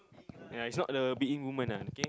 ya is not the being woman ah okay